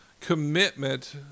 commitment